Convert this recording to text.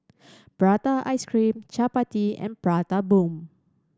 Prata ice cream Chappati and Prata Bomb